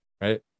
right